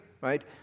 right